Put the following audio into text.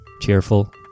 cheerful